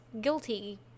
guilty